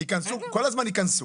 כל הזמן ייכנסו.